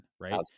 Right